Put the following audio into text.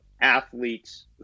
athletes